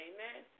Amen